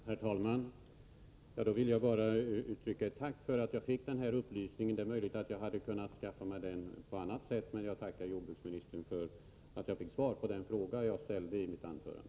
Herr talman! Jag vill bara uttrycka ett tack för att jag fick den här upplysningen. Det är möjligt att jag hade kunnat skaffa mig den på annat sätt, men jag tackar jordbruksministern för att jag fick svar på den fråga jag ställde i mitt anförande.